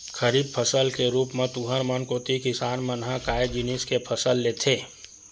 खरीफ फसल के रुप म तुँहर मन कोती किसान मन ह काय जिनिस के फसल लेथे?